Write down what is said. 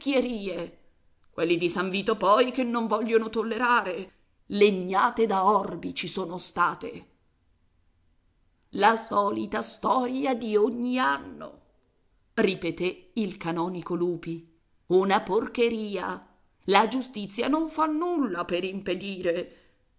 prima soperchierie quelli di san vito poi che non vogliono tollerare legnate da orbi ci sono state la solita storia di ogni anno ripeté il canonico lupi una porcheria la giustizia non fa nulla per impedire